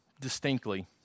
distinctly